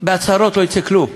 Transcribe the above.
בהצהרות לא יצא כלום.